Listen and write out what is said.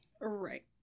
Right